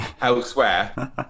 elsewhere